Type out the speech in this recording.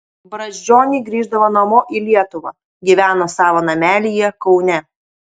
brazdžioniai grįždavo namo į lietuvą gyveno savo namelyje kaune